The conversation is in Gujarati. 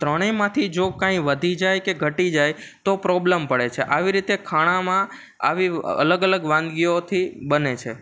ત્રણેમાંથી જો કાંઈ વધી જાય કે ઘટી જાય તો પ્રોબલમ પડે છે આવી રીતે ખાણાંમાં આવી અલગ અલગ વાનગીઓથી બને છે